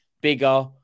bigger